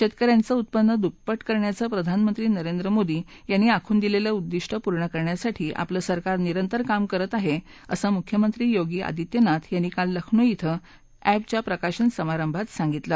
शेतक यांच उत्पन्न दुप्पट करण्याचं प्रधानमंत्री नरेंद्र मोदी यांनी आखून दिलेलं उद्दिष्ट पूर्ण करण्यासाठी आपलं सरकार निरंतर काम करत आहे असं मुख्यमंत्री योगी आदित्यनाथ यांनी काल लखनौ क्रिं या अॅपच्या प्रकाशन समारभात सांगितलं